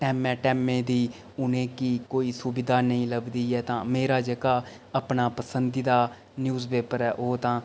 टैमें टैमें दी उनेंगी कोई सुविधा नेईं लभदी ऐ तां मेरा जेह्का अपना पसंदीदा न्यूज़ पेपर ओह् तां